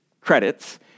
credits